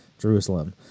Jerusalem